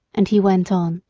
and he went on.